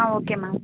ah okay ma'am